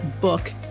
book